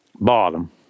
bottom